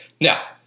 Now